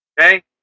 Okay